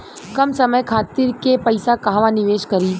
कम समय खातिर के पैसा कहवा निवेश करि?